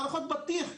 מערכות בטיח',